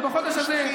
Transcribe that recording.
ובחודש הזה,